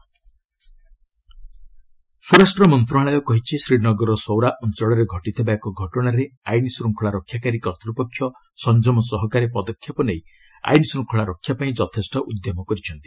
home ଜେକେ ସ୍ୱରାଷ୍ଟ୍ର ମନ୍ତ୍ରଣାଳୟ କହିଛି ଶ୍ରୀନଗରର ସୌରା ଅଞ୍ଚଳରେ ଘଟିଥିବା ଏକ ଘଟଣାରେ ଆଇନଶ୍ଚଙ୍ଖଳା ରକ୍ଷାକାରୀ କର୍ତ୍ତପକ୍ଷ ସଂଯମ ସହକାରେ ପଦକ୍ଷେପ ନେଇ ଅଇନଶ୍ରୁଖଳା ରକ୍ଷାପାଇଁ ଯଥେଷ୍ଠ ଉଦ୍ୟମ କରିଛନ୍ତି